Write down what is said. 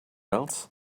else